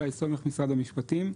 שי סומך, משרד המשפטים.